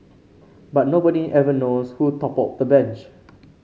but nobody ever knows who toppled the bench